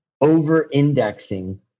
over-indexing